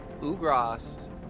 Ugras